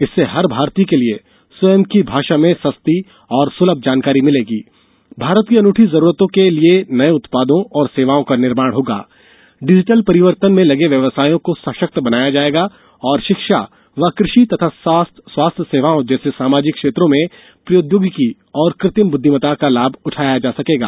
इससे हर भारतीय के लिए स्वयं की भाषा में सस्ती और सुलभ जानकारी मिलेगी भारत की अनूठी जरूरतों के लिए नए उत्पादों और सेवाओं का निर्माण होगा डिजिटल परिवर्तन में लगे व्यवसायों को सशक्त बनाए जा सकेगा और शिक्षा और कृषि तथा स्वास्थ्य सेवा जैसे सामाजिक क्षेत्रों में प्रौद्योगिकी और कृत्रिम बुद्धिमत्ता का लाभ उठाया जा सकेगा